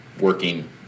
working